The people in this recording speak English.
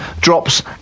drops